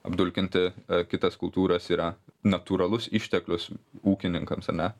apdulkinti kitas kultūras yra natūralus išteklius ūkininkams ane